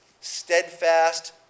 steadfast